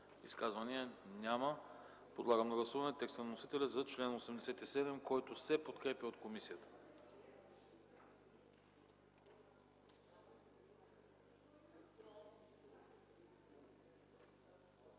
Изказвания? Няма. Подлагам на гласуване текста на вносителя за чл. 73, който се подкрепя от комисията.